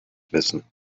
wissen